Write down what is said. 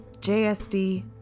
JSD